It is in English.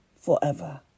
forever